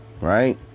right